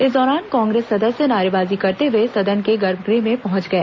इस दौरान कांग्रेस सदस्य नारेबाजी करते हए सदन के गर्भगृह में पहंच गए